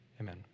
Amen